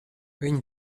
viņa